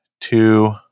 two